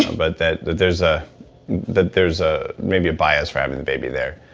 but that there's ah that there's ah maybe a bias for having the baby there